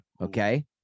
Okay